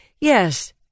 Yes